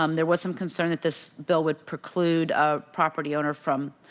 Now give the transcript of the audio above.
um there was some concern that this bill would preclude a property owner from